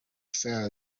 sea